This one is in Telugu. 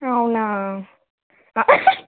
అవునా